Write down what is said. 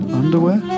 underwear